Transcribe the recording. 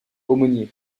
aumônier